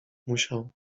musiał